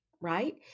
right